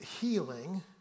healing